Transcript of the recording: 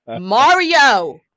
Mario